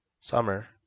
summer